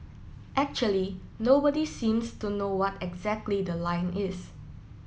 actually nobody seems to know what exactly the line is